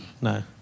No